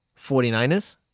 49ers